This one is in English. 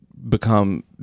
become